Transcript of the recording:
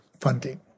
funding